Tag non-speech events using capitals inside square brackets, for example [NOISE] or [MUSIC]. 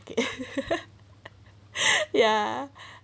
[LAUGHS] ya